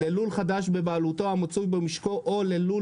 ללול חדש בבעלותו המצוי במשקו או ללול